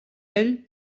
ell